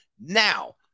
now